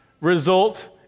result